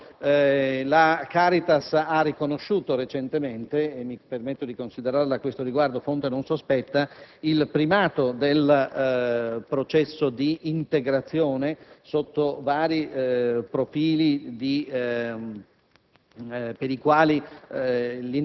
dalla quale provengo, la Caritas ha recentemente riconosciuto - e mi permetto di considerarla a questo riguardo fonte non sospetta - il primato del processo di integrazione sotto i vari profili in